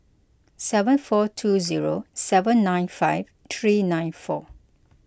seven four two zero seven nine five three nine four